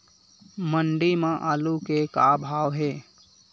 मंडी म आलू के का भाव हे?